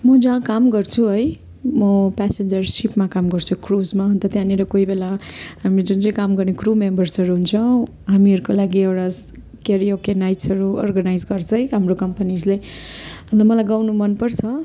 म जहाँ काम गर्छु है म पेसेन्जरसिपमा काम गर्छु क्रुजमा अन्त त्यहाँनिर कोही बेला हाम्रो जुन चाहिँ काम गर्ने क्रु मेम्बर्सहरू हुन्छ हामीहरूको लागि एउटा केरियोके नाइट्सहरू अर्गनाइज गर्छ है हाम्रो कम्पनिजले अन्त मलाई गाउनु मनपर्छ